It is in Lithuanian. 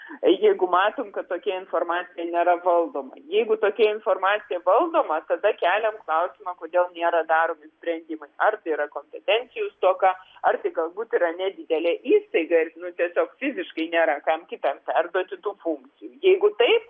jeigu matom kad tokia informacija nėra valdoma jeigu tokia informacija valdoma kada keliam klausimą kodėl nėra daromi sprendimai ar tai yra kompetencijų stoka ar tai galbūt yra nedidelė įstaiga ertmių tiesiog fiziškai nėra kam kitam perduoti tų funkcijų jeigu taip